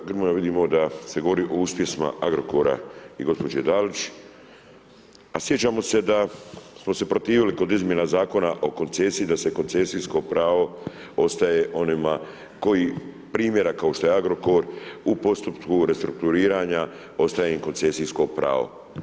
Kolega Grmoja vidimo da se govori o uspjesima Agrokora i gospođe Dalić, a sjećamo se da smo se protivili kod izmjena Zakona o koncesiji da se koncesijsko pravo ostaje onima koji primjera kao što je Agrokor u postupku restrukturiranja ostaje im koncesijsko pravo.